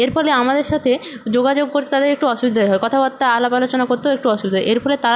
এর ফলে আমাদের সাথে যোগাযোগ করতে তাদের একটু অসুবিধে হয় কথাবার্তা আলাপ আলোচনা করতেও একটু অসুবিধা হয় এর ফলে তারা